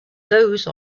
those